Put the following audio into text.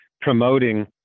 promoting